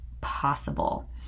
possible